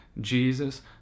Jesus